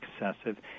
excessive